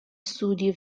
studji